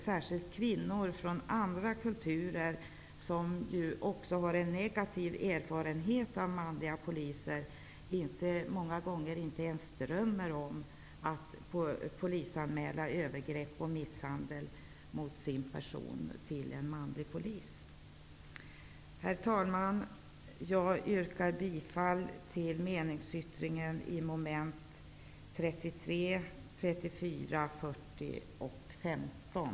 Särskilt kvinnor från andra kulturer, som också har en negativ erfarenhet av manliga poliser, drömmer många gånger inte ens om att polisanmäla övergrepp och misshandel mot sin person till en manlig polis. Herr talman! Jag yrkar bifall till meningsyttringen till mom. 33, 34, 40 och 15.